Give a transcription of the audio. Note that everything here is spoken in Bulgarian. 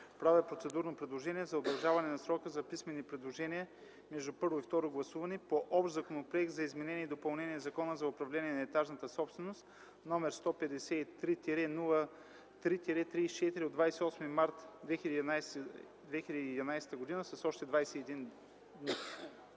правя процедурно предложение за удължаване на срока за писмени предложения между първо и второ гласуване по общ Законопроект за изменение и допълнение на Закона за управление на етажната собственост, № 153-03-34 от 28 март 2011 г., с още 21 дни.